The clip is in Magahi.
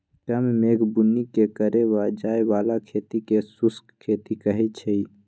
कम मेघ बुन्नी के करे जाय बला खेती के शुष्क खेती कहइ छइ